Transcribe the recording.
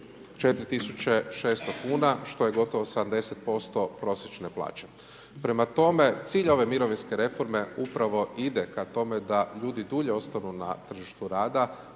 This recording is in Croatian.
4600 kn, što je gotovo 70% prosječne plaće. Prema tome, cilj ove mirovinske reforme, upravo ide ka tome, da ljudi dulje ostaju na tržištu rada,